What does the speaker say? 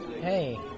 Hey